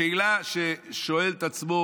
השאלה ששואל את עצמו